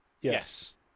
Yes